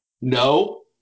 No